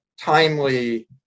timely